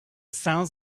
sounds